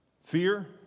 fear